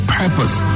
purpose